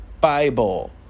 bible